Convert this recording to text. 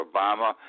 Obama